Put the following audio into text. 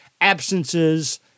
absences